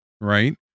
Right